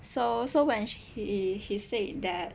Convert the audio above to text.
so so when he he said that